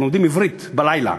הם לומדים עברית בלילה.